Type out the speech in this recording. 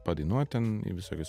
padainuot ten į visokius